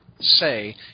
say